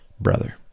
brother